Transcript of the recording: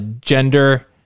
gender